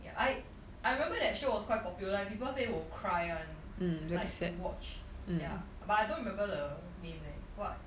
yeah I I remember that show was quite popular like people say will cry [one] like if you watch ya but I don't remember the name leh what